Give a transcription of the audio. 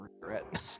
regret